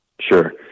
Sure